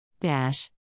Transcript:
Dash